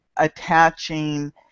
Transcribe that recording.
attaching